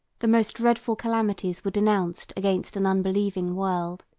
the most dreadful calamities were denounced against an unbelieving world.